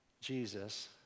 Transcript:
Jesus